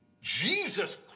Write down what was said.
Jesus